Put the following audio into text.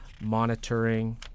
monitoring